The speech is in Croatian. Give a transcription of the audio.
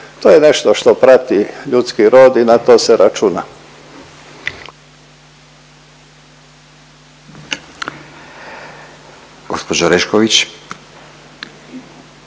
To je nešto što prati ljudski rod i na to se računa.